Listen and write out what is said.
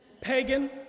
pagan